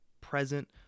present